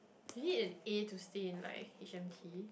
you need an A to stay in like H_M_T